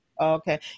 Okay